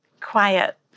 quiet